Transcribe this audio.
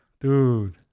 Dude